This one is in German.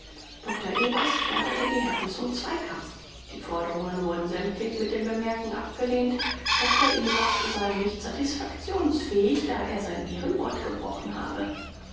dr ewers forderte die herren zum zweikampf die forderungen wurden sämtlich mit dem bemerken abgelehnt dr ewers sei nicht satisfaktionsfähig da er sein ehrenwort gebrochen habe